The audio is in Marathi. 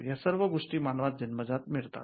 या सर्व गोष्टी मानवास जन्मजात मिळतात